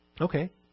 Okay